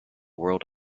world